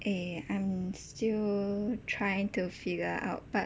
eh I'm still trying to figure out but